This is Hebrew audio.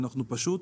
אנחנו פשוט